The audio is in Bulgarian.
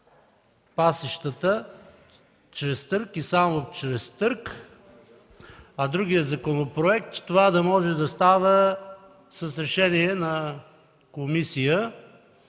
пасищата чрез търг и само чрез търг, а според другия законопроект това да може да става с решение на комисия,